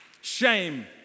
shame